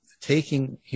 taking